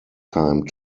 time